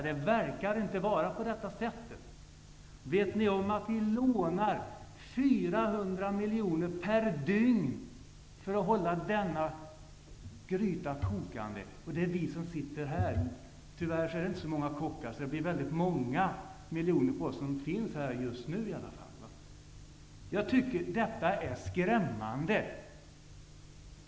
Ni verkar inte vara det. Vet ni om att vi lånar 400 miljoner per dygn för att hålla denna gryta kokande? Det gäller oss som sitter med här. Tyvärr är det inte så många kockar. Därför blir det väldigt många miljoner per person sett till oss som finns här i kammaren just nu. Detta är skrämmande.